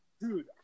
Dude